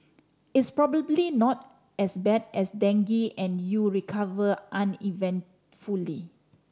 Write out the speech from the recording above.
it's probably not as bad as dengue and you recover uneventfully